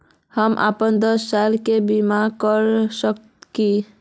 हम अपन दस साल के बीमा करा सके है की?